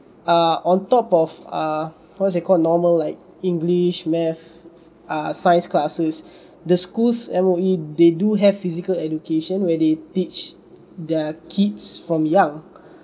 uh on top of uh what's it called normal like english maths err science classes the schools M_O_E they do have physical education where they teach their kids from young